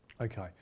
Okay